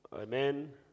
Amen